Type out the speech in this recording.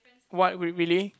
what real~ really